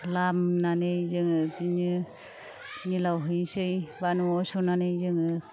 लामनानै जोङो बिदिनो मिलआव हैसै बा न'आव सौनानै जोङो